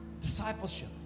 Discipleship